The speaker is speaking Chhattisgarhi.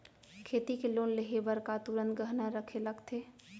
खेती के लोन लेहे बर का तुरंत गहना रखे लगथे?